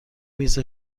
میز